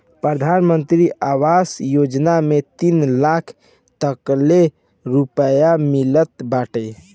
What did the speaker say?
प्रधानमंत्री आवास योजना में तीन लाख तकले रुपिया मिलत बाटे